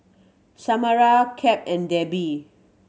Samara Cap and Debbie